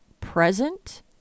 present